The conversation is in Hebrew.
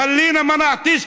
חבר'ה,